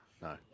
No